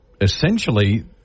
Essentially